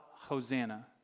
Hosanna